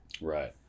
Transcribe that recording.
Right